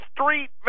street